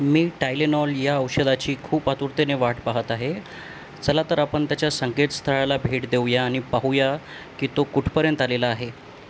मी Tylenol या औषधाची खूप आतुरतेने वाट पाहत आहे चला तर आपण त्याच्या संकेत स्थळाला भेट देऊया आणि पाहूया की तो कुठपर्यंत आलेला आहे